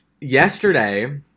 yesterday